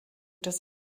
des